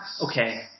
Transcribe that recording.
Okay